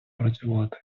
працювати